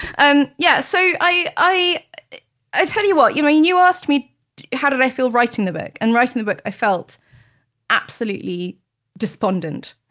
um yeah so i i tell you what. you know you asked me how did i feel writing the book, and writing the book i felt absolutely despondent.